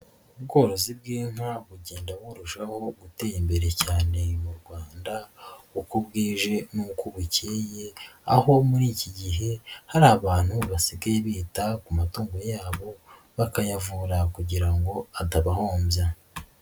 Ubworozi bw'inka bugenda burushaho gutera imbere cyane mu Rwanda, uko bwije n'uko bukeye, aho muri iki gihe hari abantu basigaye bita ku matungo yabo, bakayavura kugira ngo adabahombya.